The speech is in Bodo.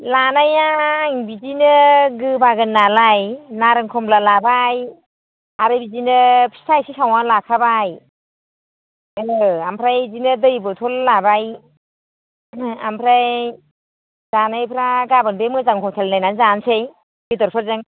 लानाया आं बिदिनो गोबागोन नालाय नारें कमला लाबाय आरो बिदिनो फिथा एसे सावनानै लाखाबाय आङो ओमफ्राय बिदिनो दै बथल लाबाय ओमफ्राय जानायफ्रा गाबोन बे मोजां ह'टेल नायनानै जानोसै बेदरफोरजों